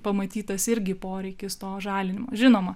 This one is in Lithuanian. pamatytas irgi poreikis to žalinimo žinoma